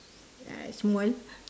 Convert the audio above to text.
uh small